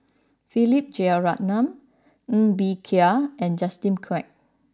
Philip Jeyaretnam Ng Bee Kia and Justin Quek